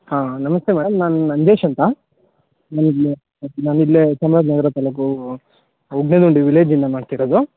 ಹಾಂ ನಮಸ್ತೆ ಮೇಡಮ್ ನಾನು ನಂದೀಶ್ ಅಂತ ನಾನು ಇಲ್ಲೇ ನಗರ ತಾಲೂಕು ಉಗನೇದುಂಡಿ ವಿಲೇಜಿಂದ ಮಾಡ್ತಿರೋದು